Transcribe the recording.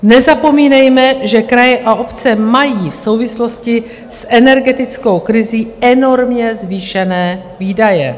Nezapomínejme, že kraje a obce mají v souvislosti s energetickou krizí enormně zvýšené výdaje.